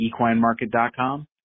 equinemarket.com